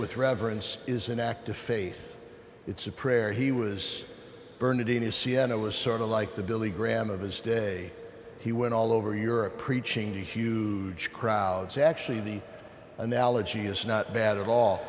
with reverence is an act of faith it's a prayer he was bernadino sienna was sort of like the billy graham of his day he went all over europe preaching to huge crowds actually the analogy is not bad at all